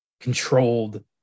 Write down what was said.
controlled